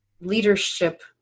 leadership